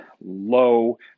low